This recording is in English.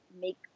make